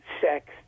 sex